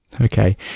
Okay